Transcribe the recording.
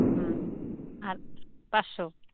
হুম আর পাঁচশো